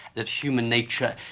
that human nature,